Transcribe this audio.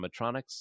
animatronics